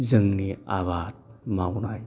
जोंनि आबाद मावनाय